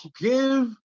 give